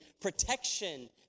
protection